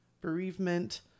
bereavement